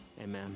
Amen